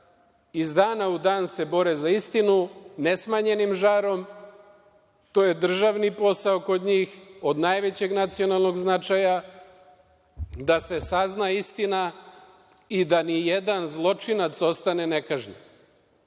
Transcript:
iz dana u dan bore za istinu, ne smanjenim žarom. To je državni posao kod njih, od najvećeg nacionalnog značaja da se sazna istina i da ni jedan zločinac ne ostane nekažnjen.Zašto